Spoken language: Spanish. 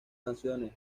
canciones